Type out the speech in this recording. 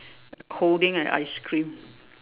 holding an ice cream